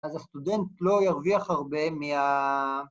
‫אז הסטודנט לא ירוויח הרבה מה...